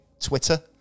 Twitter